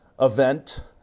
event